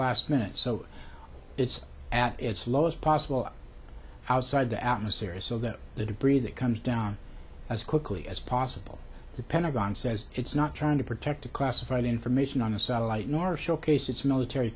last minute so it's at its lowest possible outside the atmosphere so that the debris that comes down as quickly as possible the pentagon says it's not trying to protect classified information on a satellite nor showcase its military